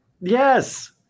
Yes